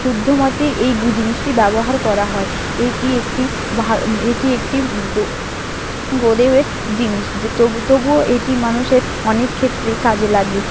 শুদ্ধ মতে এই জিনিসটি ব্যবহার করা হয় এটি একটি এটি একটি গো দেবের জিনিস তবুও এটি মানুষের অনেক ক্ষেত্রেই কাজে লাগে